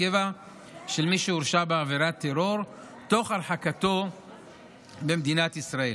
קבע של מי שהורשע בעבירת טרור תוך הרחקתו ממדינת ישראל.